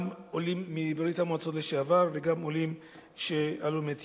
גם עולים מברית-המועצות לשעבר וגם עולים מאתיופיה,